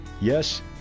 Yes